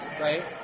right